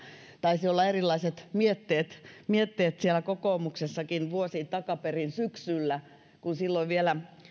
taisi olla erilaiset mietteet mietteet siellä kokoomuksessakin vuosi takaperin syksyllä kun silloin vielä